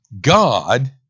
God